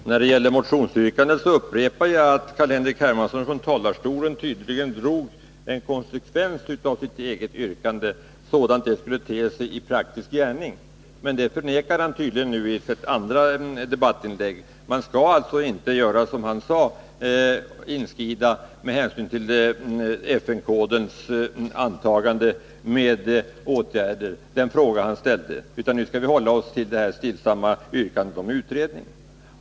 Herr talman! När det gäller motionsyrkandet upprepar jag att Carl-Henrik Hermansson från talarstolen tydligen drog en konsekvens av sitt eget yrkande sådant det skulle te sig i praktisk gärning. Men det förnekade han nu i sitt andra debattinlägg. Man skall alltså inte göra som han sade — med hänsyn till FN-kodens antagande inskrida med åtgärder i den fråga han nämnde. Nu skall vi i stället hålla oss till det stillsamma yrkandet om utredning.